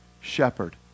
shepherd